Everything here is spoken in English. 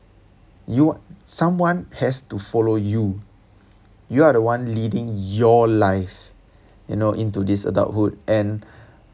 you someone has to follow you you are the one leading your life you know into this adulthood and